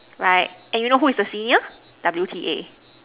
right and you know who is the senior W_T_A